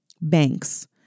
Banks